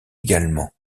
également